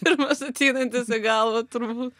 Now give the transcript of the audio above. pirmas ateinantis į galvą turbūt